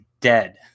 dead